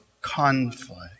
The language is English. conflict